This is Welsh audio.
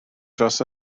dros